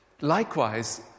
Likewise